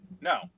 No